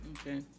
Okay